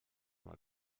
mal